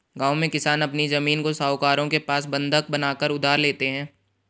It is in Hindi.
गांव में किसान अपनी जमीन को साहूकारों के पास बंधक बनाकर उधार लेते हैं